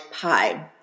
pie